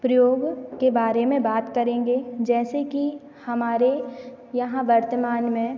प्रयोग के बारे में बात करेंगे जैसे कि हमारे यहाँ वर्तमान में